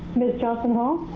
ms. johnson hall.